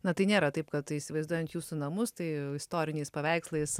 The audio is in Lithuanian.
na tai nėra taip kad įsivaizduojant jūsų namus tai istoriniais paveikslais